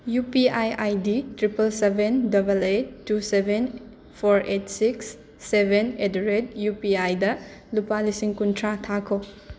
U P I I D triple seven double eight two seven four eight six seven at the rate U P ꯑꯥꯏꯗ ꯂꯨꯄꯥ ꯂꯤꯁꯤꯡ ꯀꯨꯟꯊ꯭ꯔꯥ ꯊꯥꯈꯣ